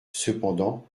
cependant